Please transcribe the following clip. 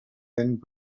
vent